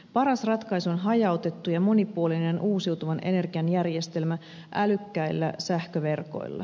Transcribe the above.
paras ratkaisu on hajautettu ja monipuolinen uusiutuvan energian järjestelmä älykkäillä sähköverkoilla